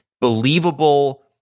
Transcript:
believable